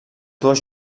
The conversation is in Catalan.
dues